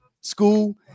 school –